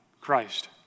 Christ